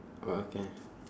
okay